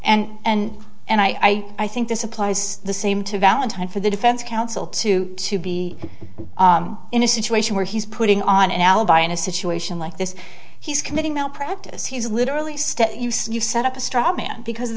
counsel and and i i think this applies the same to valentine for the defense counsel to to be in a situation where he's putting on an alibi in a situation like this he's committing malpractise he's literally step you've set up a straw man because